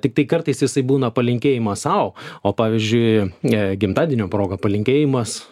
tiktai kartais jisai būna palinkėjimas sau o pavyzdžiui ne gimtadienio proga palinkėjimas